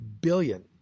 billion